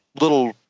little